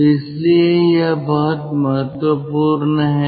तो इसलिए यह बहुत महत्वपूर्ण है